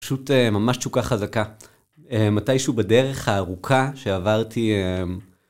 פשוט ממש תשוקה חזקה, מתישהו בדרך הארוכה שעברתי